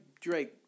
Drake